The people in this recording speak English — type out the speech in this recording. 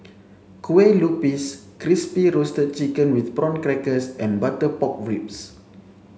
Kue Lupis crispy roasted chicken with prawn crackers and butter pork ribs